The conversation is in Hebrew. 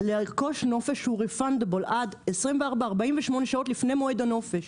לרכוש נופש שהוא refundable עד 24 48 לפני מועד הנופש,